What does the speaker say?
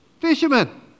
fishermen